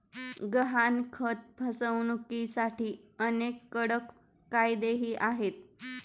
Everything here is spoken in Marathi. गहाणखत फसवणुकीसाठी अनेक कडक कायदेही आहेत